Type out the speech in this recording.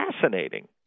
fascinating